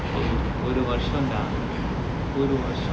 டெய் ஒரு வருஷம்டா ஒரு வருஷம்:dei oru varusham da oru varusham